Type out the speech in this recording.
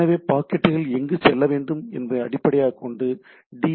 எனவே பாக்கெட்டுகள் எங்கு செல்ல வேண்டும் என்பதை அடிப்படையாகக் கொண்டு டி